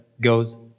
goes